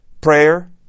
prayer